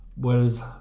whereas